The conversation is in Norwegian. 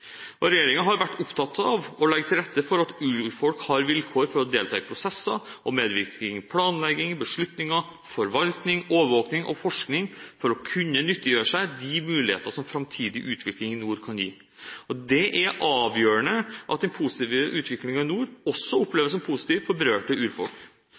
har vært opptatt av å legge til rette for at urfolk har vilkår for å delta i prosesser, medvirke i planlegging, beslutninger, forvaltning, overvåking og forskning for å kunne nyttiggjøre seg de muligheter som framtidig utvikling i nord kan gi. Det er avgjørende at den positive utviklingen i nord også oppleves som positiv for berørte urfolk.